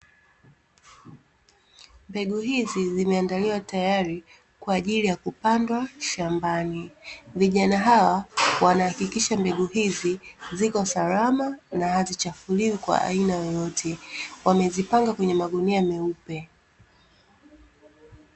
Mbegu hizi zimeandaliwa tayari kwaajili ya kupandwa shambani, vijana hawa wanahakikisha mbegu hizi ziko salama na hazichafuliwi kwa aina yoyote, wamezipanga kwenye magunia meupe.